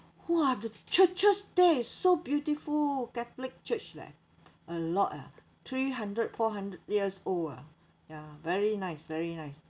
!wah! the churches there is so beautiful catholic church leh a lot eh three hundred four hundred years old ah ya very nice very nice